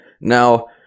Now